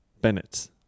Bennett